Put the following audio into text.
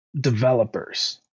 developers